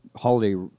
holiday